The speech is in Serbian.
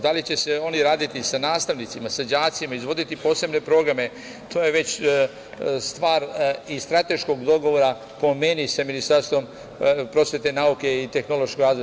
Da li će se oni raditi sa nastavnicima, sa đacima, izvoditi posebne programe, to je već stvar i strateškog dogovora, po meni, sa Ministarstvom prosvete, nauke i tehnološkog razvoja.